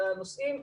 הנושאים.